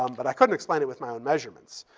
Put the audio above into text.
um but i couldn't explain it with my own measurements.